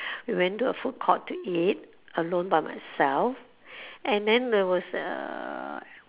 went to a food court to eat alone by myself and then there was uh